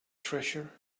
treasure